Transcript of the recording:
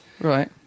right